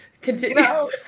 continue